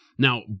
Now